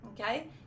okay